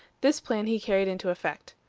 this plan he carried into effect.